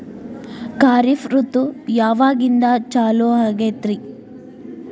ಖಾರಿಫ್ ಋತು ಯಾವಾಗಿಂದ ಚಾಲು ಆಗ್ತೈತಿ?